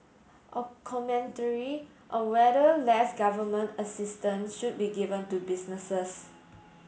a commentary on whether less government assistance should be given to businesses